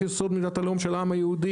יסוד: ישראל מדינת הלאום של העם היהודי,